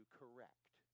correct